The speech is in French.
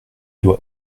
doit